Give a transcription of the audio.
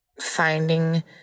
finding